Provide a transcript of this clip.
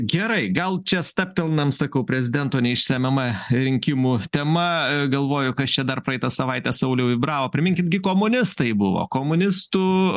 gerai gal čia stabtelnam sakau prezidento neišsemiama rinkimų tema galvoju kas čia dar praeitą savaitę sauliau vibravo priminkit gi komunistai buvo komunistų